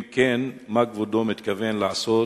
אם כן, מה כבודו מתכוון לעשות